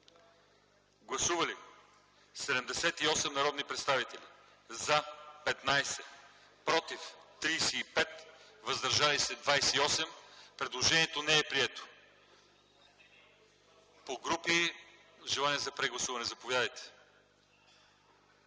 Гласували 78 народни представители: за 15, против 35, въздържали се 28. Предложението не е прието. Желание за прегласуване? Заповядайте,